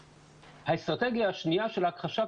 האסטרטגיה השנייה של ההכחשה,